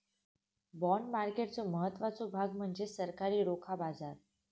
bond मार्केटचो महत्त्वाचो भाग म्हणजे सरकारी रोखा बाजार